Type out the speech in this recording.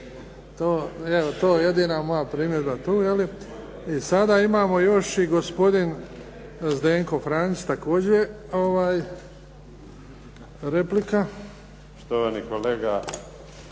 to je jedina moja primjedba tu. I sada imamo još i gospodin Zdenko Franić, također replika. **Franić,